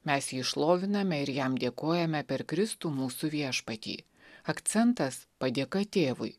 mes jį šloviname ir jam dėkojame per kristų mūsų viešpatį akcentas padėka tėvui